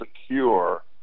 secure